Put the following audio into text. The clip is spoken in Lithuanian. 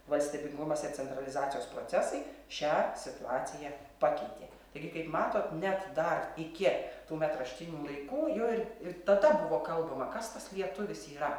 valstybingumas ir centralizacijos procesai šią situaciją pakeitė taigi kaip matot net dar iki tų metraštinių laikų jau ir ir tada buvo kalbama kas tas lietuvis yra